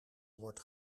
word